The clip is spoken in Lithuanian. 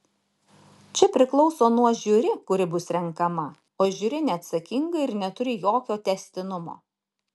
čia priklauso nuo žiuri kuri bus renkama o žiuri neatsakinga ir neturi jokio tęstinumo